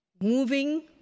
moving